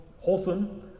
Wholesome